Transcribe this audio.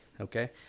okay